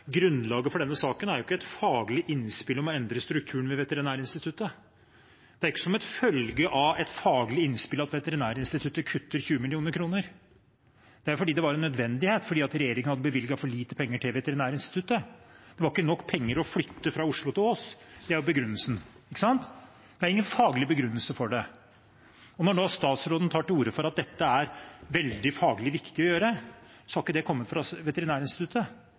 Grunnlaget for denne saken er ikke et faglig innspill om å endre strukturen ved Veterinærinstituttet. Det er ikke som følge av et faglig innspill at Veterinærinstituttet kutter 20 mill. kr – det er fordi det var en nødvendighet, siden regjeringen hadde bevilget for lite penger til Veterinærinstituttet. Det var ikke nok penger til å flytte fra Oslo til Ås – det er begrunnelsen, ikke sant? Det er ingen faglig begrunnelse for det. Når nå statsråden tar til orde for at dette er faglig veldig viktig å gjøre, har ikke det kommet fra Veterinærinstituttet.